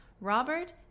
Robert